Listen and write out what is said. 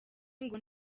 ngo